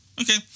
okay